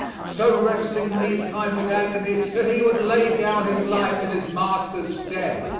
so wrestling meantime with agony that he would lay down his life in his master's stead.